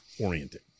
oriented